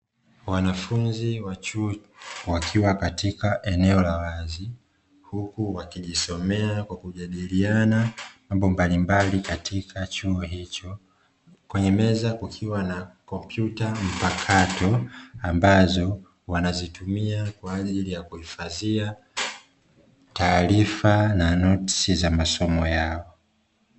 Wanafunzi wa chuo wakiwa katika eneo la wazi huku wakijisomea kwa kujadiliana mambo mbalimbali katika chuo hicho, kwenye meza kukiwa na kompyuta mpakato ambazo wanazitumia kwa ajili ya kuhifadhia taarifa na notsi za masomo yao.